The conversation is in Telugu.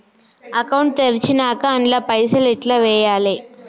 అకౌంట్ తెరిచినాక అండ్ల పైసల్ ఎట్ల వేయాలే?